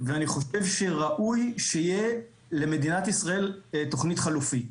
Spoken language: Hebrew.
ואני חושב שראוי שיהיה למדינת ישראל תכנית חלופית.